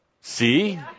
See